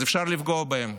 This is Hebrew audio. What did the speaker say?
אז אפשר לפגוע בהם